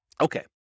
Okay